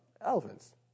elephants